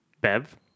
Bev